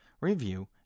review